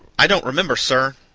i don't remember, sir,